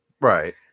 right